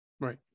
right